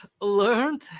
learned